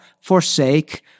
forsake